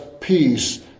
peace